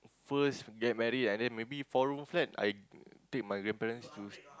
first get married and then maybe four room flat I take my grandparents to